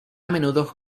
menudo